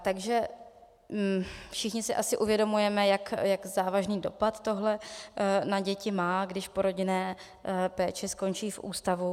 Takže všichni si asi uvědomujeme, jak závažný dopad tohle na děti má, když po rodinné péči skončí v ústavu.